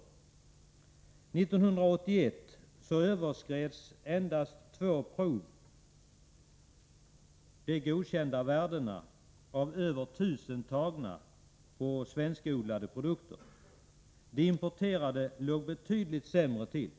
Av över 1 000 tagna prov på produkter odlade i Sverige överskred 1981 endast två prov de godkända värdena. De importerade produkterna låg betydligt sämre till.